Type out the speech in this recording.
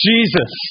Jesus